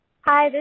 hi